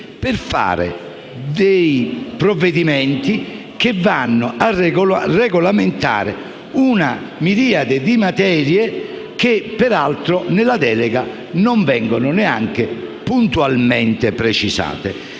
per emanare provvedimenti che regolamentino una miriade di materie che, peraltro, nella delega non vengono neanche puntualmente precisate.